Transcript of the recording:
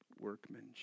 workmanship